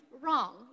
Wrong